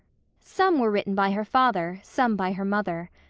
some were written by her father, some by her mother.